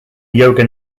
yoga